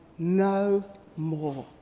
no more.